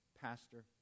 pastor